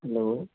hello